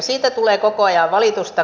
siitä tulee koko ajan valitusta